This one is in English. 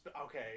Okay